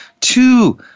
two